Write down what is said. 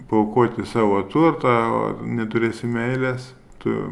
paaukoti savo turtą o neturėsi meilės tu